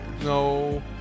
No